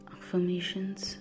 Affirmations